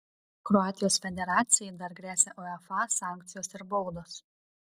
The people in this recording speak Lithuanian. kroatijos federacijai dar gresia uefa sankcijos ir baudos